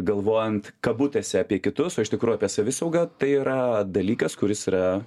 galvojant kabutėse apie kitus o iš tikrųjų savisauga tai yra dalykas kuris yra